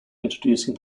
introducing